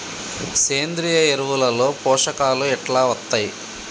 సేంద్రీయ ఎరువుల లో పోషకాలు ఎట్లా వత్తయ్?